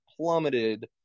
plummeted